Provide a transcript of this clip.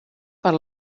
per